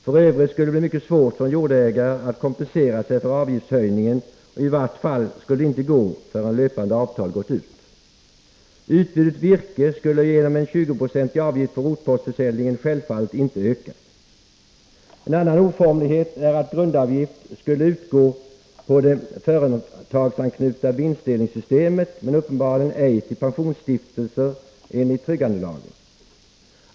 F. ö. skulle det bli mycket svårt för en jordägare att kompensera sig för avgiftshöjningen, och i vart fall skulle det inte vara möjligt förrän löpande avtal gått ut. Utbudet av virke skulle genom en 20-procentig avgift på rotpostförsäljning självfallet inte öka. En annan oformlighet är att grundavgift skulle utgå för det företagsanknutna vinstdelningssystemet men uppenbarligen ej för pensionsstiftelser enligt tryggandelagen.